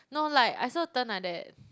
no like I supposed to turn like that